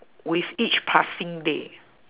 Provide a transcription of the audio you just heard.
with each passing day